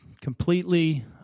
completely